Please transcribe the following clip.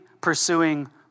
pursuing